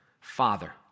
Father